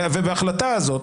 ובהחלטה הזאת,